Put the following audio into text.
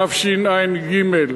התשע"ג 2013,